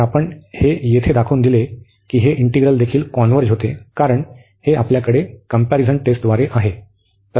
तर आपण हे येथे दाखवून दिले की हे इंटिग्रल देखील कॉन्व्हर्ज होते कारण हे आपल्याकडे कंपॅरिझन टेस्टद्वारे आहे